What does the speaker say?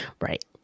Right